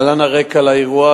להלן הרקע לאירוע